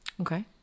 okay